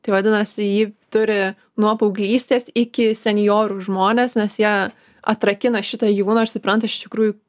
tai vadinasi jį turi nuo paauglystės iki senjorų žmonės nes jie atrakina šitą gyvūną ir supranta iš tikrųjų